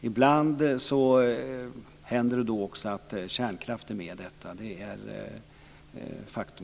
Ibland händer det också att kärnkraft är med i detta. Det är ett faktum.